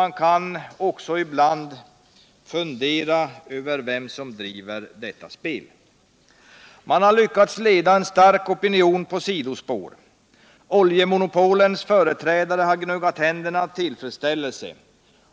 Man kan också ibland fundera över vem som driver detta spel. Man har Iyckats leda en stark opinion på sidospår. Oljemonopolens företrädare har gnuggat händerna av tillfredsställelse.